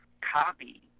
copy